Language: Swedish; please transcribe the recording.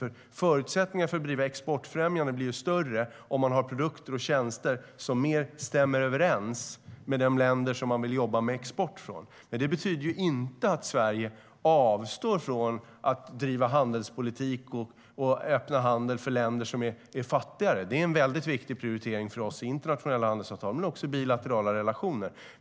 Förutsättningarna för att främja export är ju större om vi har produkter och tjänster som stämmer överens med de länder vi vill exportera till. Det betyder dock inte att Sverige avstår från att driva handelspolitik och öppna för handel med fattiga länder. Det är en viktig prioritering för oss i internationella handelsavtal och i bilaterala relationer.